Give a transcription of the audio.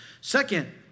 Second